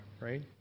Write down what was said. right